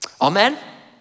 Amen